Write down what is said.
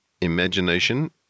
imagination